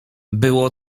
było